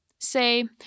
Say